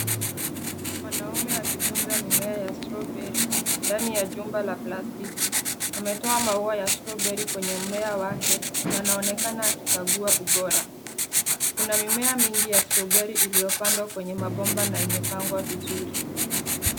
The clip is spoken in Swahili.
Mwanaume akitunza mimea ya strawberry ndani ya jumba la plastiki. Ametoa maua ya strawberry kwenye mmea wake na anaonekana akikagua ubora. Kuna mimea mingi ya strawberry iliyopandwa kwenye mabomba na imepangwa vizuri.